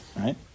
right